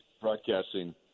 broadcasting